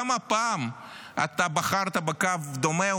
גם הפעם בחרת בקו דומה,